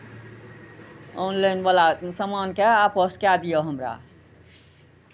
ऑनलाइनवला सामानकेँ आपस कए दिअ हमरा